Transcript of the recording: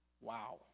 Wow